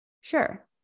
Sure